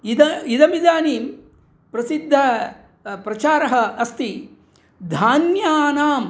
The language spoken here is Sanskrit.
इदा इदमिदानीं प्रसिद्धः प्रचारः अस्ति धान्यानाम्